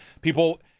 people